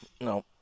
no